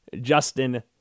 Justin